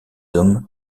hommes